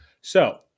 So-